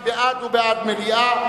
מי שבעד הוא בעד מליאה.